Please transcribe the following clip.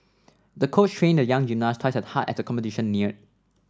the coach trained the young gymnast twice as hard as the competition near